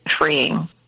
freeing